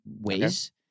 ways